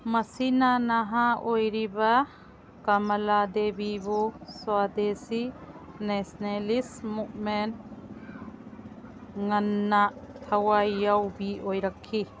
ꯃꯁꯤꯅ ꯅꯍꯥ ꯑꯣꯏꯔꯤꯕ ꯀꯃꯂꯥ ꯗꯦꯕꯤꯕꯨ ꯁ꯭ꯋꯥꯗꯦꯁꯤ ꯅꯦꯁꯅꯦꯂꯤꯁ ꯃꯨꯞꯃꯦꯟ ꯉꯟꯅ ꯊꯋꯥꯏ ꯌꯥꯎꯕꯤ ꯑꯣꯏꯔꯛꯈꯤ